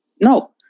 No